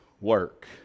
work